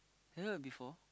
have you heard before